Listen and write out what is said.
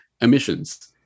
Emissions